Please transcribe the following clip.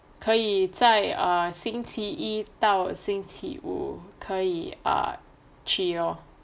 可以在星期一到星期五可以 ah 去 lor